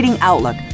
Outlook